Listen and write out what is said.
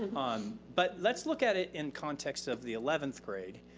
um but let's look at it in context of the eleventh grade.